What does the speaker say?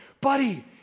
buddy